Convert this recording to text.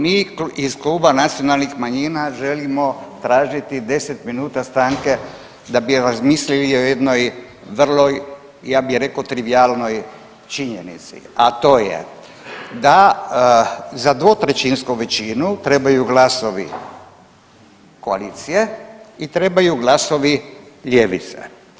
Mi iz kluba nacionalnih manjina želimo tražiti 10 minuta stanke da bi razmislili o jednoj o vrlo, ja bi rekao trivijalnoj činjenici a to je da za dvotrećinsku većinu trebaju glasovi koalicije i trebaju glasovati ljevice.